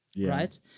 Right